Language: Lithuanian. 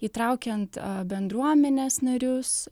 įtraukiant bendruomenės narius